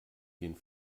den